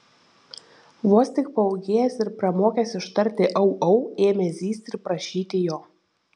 vos tik paūgėjęs ir pramokęs ištarti au au ėmė zyzti ir prašyti jo